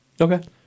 Okay